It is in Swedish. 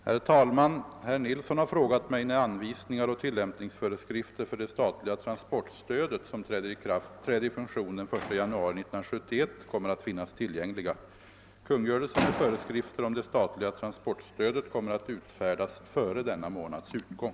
Herr talman! Herr Nilsson i Tvärålund har frågat mig när anvisningar och tillämpningsföreskrifter för det statliga transportstödet, som träder i funktion den 1 januari 1971, kommer att finnas tillgängliga. Kungörelse med föreskrifter om det statliga transportstödet kommer att uifärdas före denna månads utgång.